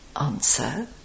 Answer